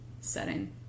setting